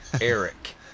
Eric